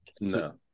no